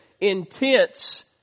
intense